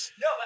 No